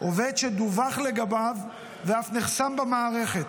עובד שדווח לגביו ואף נחסם במערכת.